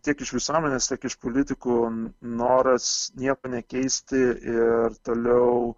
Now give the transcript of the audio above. tiek iš visuomenės tiek iš politikų noras nieko nekeisti ir toliau